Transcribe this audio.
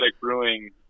brewing